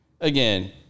again